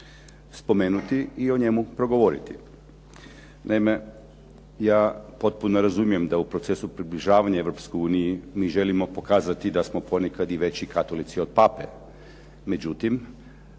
spomenuti i o njemu progovoriti. Naime, ja potpuno razumijem da u procesu približavanja Europskoj uniji mi želimo pokazati da smo ponekad i veći katolici od pape. Međutim,